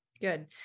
good